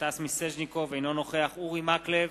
אינו נוכח אורי מקלב,